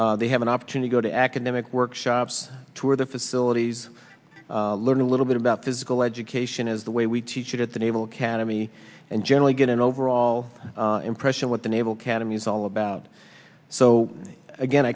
they have an opportunity go to academic workshops tour the facilities learn a little bit about physical education is the way we teach it at the naval academy and generally get an overall impression what the naval academy is all about so again